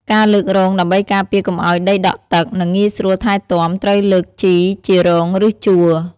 ការលើករងដើម្បីការពារកុំឲ្យដីដក់ទឹក និងងាយស្រួលថែទាំ ត្រូវលើកដីជា រង ឬ ជួរ។